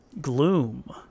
Gloom